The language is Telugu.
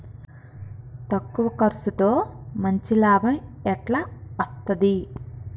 తక్కువ కర్సుతో మంచి లాభం ఎట్ల అస్తది?